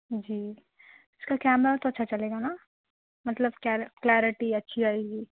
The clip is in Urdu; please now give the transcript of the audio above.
جی اِس کا کیمرہ تو اچھا چلے گا نا مطلب کلیرٹی اچھی آئے گی